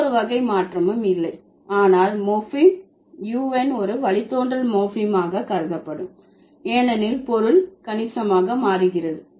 எந்தவொரு வகை மாற்றமும் இல்லை ஆனாலும் மார்பிம் un ஒரு வழித்தோன்றல் மார்பிமாக கருதப்படும் ஏனெனில் பொருள் கணிசமாக மாறுகிறது